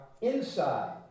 inside